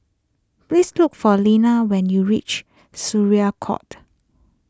please look for Lena when you reach Syariah Court